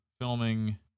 Filming